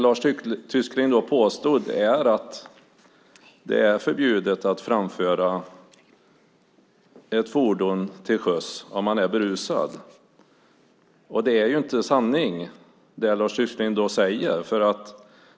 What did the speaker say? Lars Tysklind påstod att det är förbjudet att framföra ett fordon till sjöss berusad. Det är inte sanning som Lars Tysklind säger.